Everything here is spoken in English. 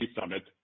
Summit